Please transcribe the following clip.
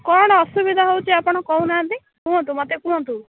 କ'ଣ ଅସୁବିଧା ହେଉଛି ଆପଣ କହୁନାହାନ୍ତି କୁହନ୍ତୁ ମୋତେ କୁହନ୍ତୁ